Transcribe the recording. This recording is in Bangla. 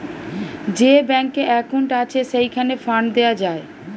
যে ব্যাংকে একউন্ট আছে, সেইখানে ফান্ড দেওয়া যায়